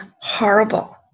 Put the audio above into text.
horrible